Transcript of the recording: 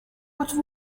what